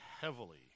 heavily